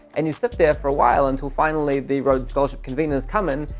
and you sit there for awhile until finally the rhodes scholarship conveners come in,